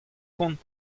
kont